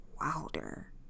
Wilder